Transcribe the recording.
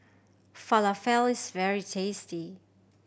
falafel is very tasty